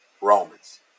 Romans